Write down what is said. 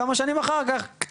כמה שנים אחר כך יש אולי כמה,